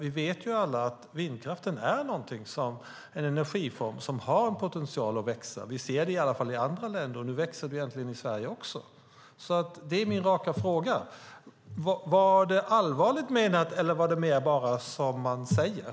Vi vet alla att vindkraften är en energiform som har en potential att växa. Vi ser det i varje fall i andra länder, och nu växer den äntligen också i Sverige. Min raka fråga är: Var det allvarligt menat, eller var det mer bara som man säger?